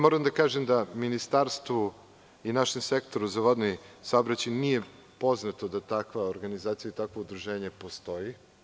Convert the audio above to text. Moram da kažem da Ministarstvu i našem sektoru za vodni saobraćaj nije poznato da takva organizacija i takvo udruženje postoji.